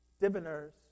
diviners